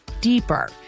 deeper